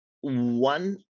one